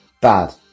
bad